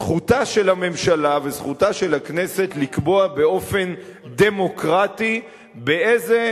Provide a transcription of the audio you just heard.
זכותה של הממשלה וזכותה של הכנסת לקבוע באופן דמוקרטי באיזה